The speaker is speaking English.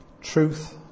Truth